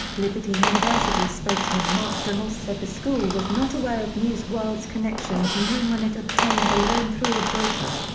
liberty university spokesman mark demoss said the school was not aware of news world's connection to moon when it obtained the loan through a broker.